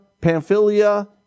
Pamphylia